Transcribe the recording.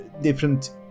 Different